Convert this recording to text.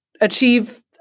achieve